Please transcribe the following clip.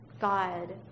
God